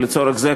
לצורך זה,